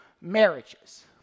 marriages